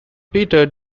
peter